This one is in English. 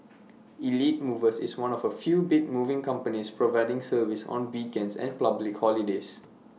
elite movers is one of A few big moving companies providing service on weekends and public holidays